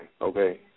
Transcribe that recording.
okay